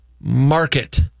market